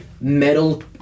metal